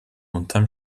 unterm